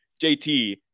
JT